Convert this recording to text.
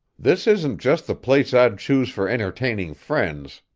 this isn't just the place i'd choose for entertaining friends,